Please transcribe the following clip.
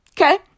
Okay